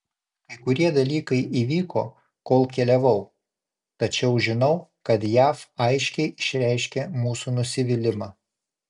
kai kurie dalykai įvyko kol keliavau tačiau žinau kad jav aiškiai išreiškė mūsų nusivylimą